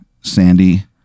Sandy